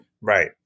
Right